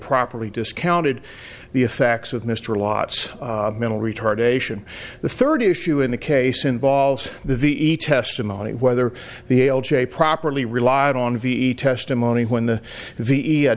property discounted the effects of mr lots of mental retardation the third issue in the case involves the ve testimony whether the properly relied on ve testimony when the